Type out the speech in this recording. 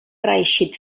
reeixit